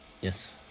Yes